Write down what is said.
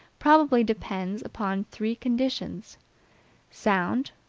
probably depends upon three conditions sound,